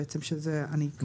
שכרגע זאת אני.